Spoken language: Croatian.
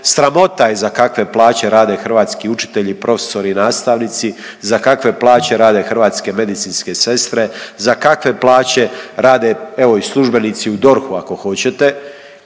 sramota je za kakve plaće rade hrvatski učitelji i profesori i nastavnici, za kakve plaće rade hrvatske medicinske sestre, za kakve plaće rade evo i službenici u DORH-u ako hoćete